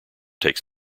takes